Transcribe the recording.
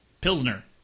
Pilsner